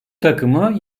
takımı